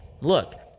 look